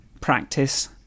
practice